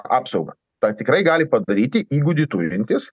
apsaugą tą tikrai gali padaryti įgūdį turintis